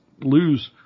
lose